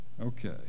Okay